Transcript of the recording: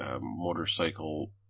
motorcycle